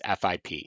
FIP